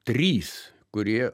trys kurie